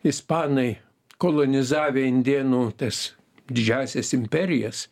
ispanai kolonizavę indėnų tas didžiąsias imperijas